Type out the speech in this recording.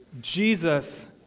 Jesus